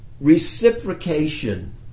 reciprocation